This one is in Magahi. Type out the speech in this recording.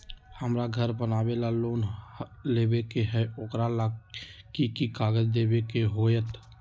हमरा घर बनाबे ला लोन लेबे के है, ओकरा ला कि कि काग़ज देबे के होयत?